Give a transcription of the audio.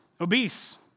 obese